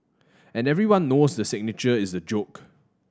and everyone knows the signature is a joke